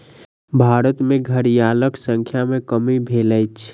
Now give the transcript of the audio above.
भारत में घड़ियालक संख्या में कमी भेल अछि